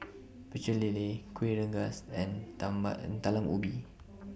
Pecel Lele Kueh Rengas and Talam Ubi